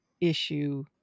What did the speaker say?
issue